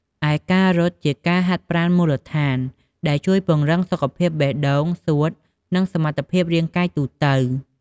ឯ ការរត់ ជាការហាត់ប្រាណមូលដ្ឋាន ដែលជួយពង្រឹងសុខភាពបេះដូង សួត និងសមត្ថភាពរាងកាយទូទៅ។